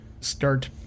start